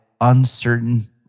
uncertain